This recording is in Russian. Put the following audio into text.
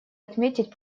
отметить